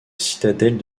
citadelle